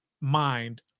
mind